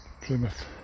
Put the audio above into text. Plymouth